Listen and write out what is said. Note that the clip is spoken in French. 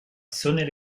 sonner